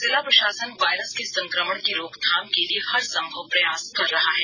जिला प्रशासन वायरस के संकमण की रोकथाम के लिए हर संभव प्रयास कर रहा है